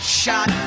shot